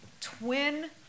twin